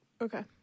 okay